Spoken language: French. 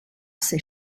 ces